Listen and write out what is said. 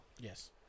Yes